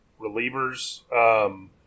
relievers